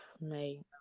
Mate